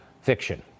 fiction